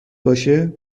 باشه